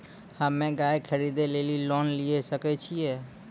हम्मे गाय खरीदे लेली लोन लिये सकय छियै?